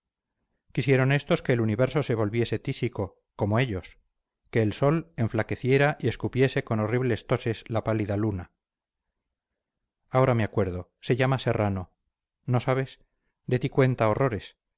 honrado quisieran estos que el universo se volviese tísico como ellos que el sol enflaqueciera y escupiese con horribles toses la pálida luna ahora me acuerdo se llama serrano no sabes de ti cuenta horrores